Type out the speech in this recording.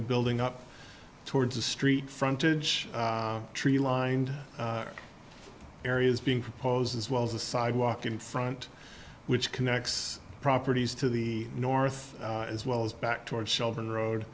the building up towards the street frontage tree lined areas being proposed as well as a sidewalk in front which connects properties to the north as well as back towards shelving road